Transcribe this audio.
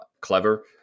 clever